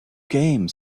came